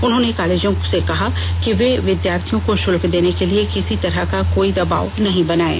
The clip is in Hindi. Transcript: उन्होंने कॉलेजों से कहा कि वे विद्यार्थियों को शल्क देने के लिए किसी तरह का कोई दबाव नहीं बनाएं